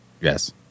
Yes